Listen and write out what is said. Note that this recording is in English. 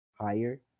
higher